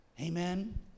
Amen